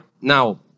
now